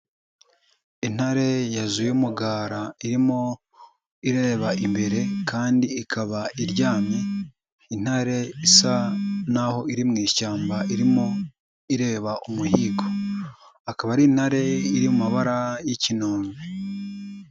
Intare yazuye umugara, irimo ireba imbere kandi ikaba iryamye, intare isa n'aho iri mu ishyamba irimo ireba umuhigo. Akaba ari intare iri mu mabara y'ikinombe.